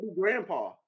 grandpa